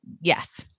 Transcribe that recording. Yes